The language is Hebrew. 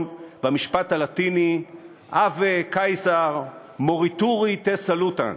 במשפט הלטיני Ave Caesar morituri te salutant,